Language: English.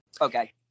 Okay